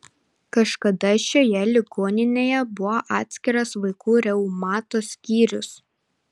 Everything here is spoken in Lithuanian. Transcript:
kažkada šioje ligoninėje buvo atskiras vaikų reumato skyrius